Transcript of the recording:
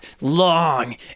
long